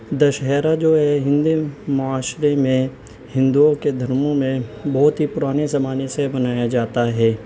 دشہرا جو ہے ہندی معاشرے میں ہندوؤں کے دھرموں میں بہت ہی پرانے زمانے سے منایا جاتا ہے